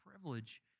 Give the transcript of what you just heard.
privilege